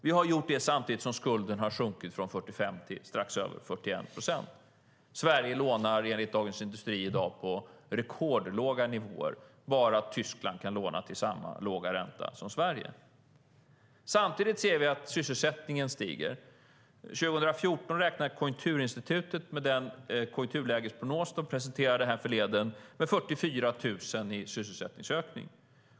Vi har gjort det samtidigt som skulden har sjunkit från 45 procent till strax över 41 procent. Sverige lånar enligt Dagens Industri i dag till en ränta på rekordlåg nivå. Bara Tyskland kan låna till samma låga ränta som Sverige. Samtidigt ser vi att sysselsättningen ökar. Enligt den konjunkturlägesprognos som Konjunkturinstitutet presenterade härförleden räknar man med 44 000 i sysselsättningsökning.